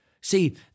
See